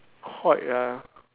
quite ah